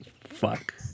Fuck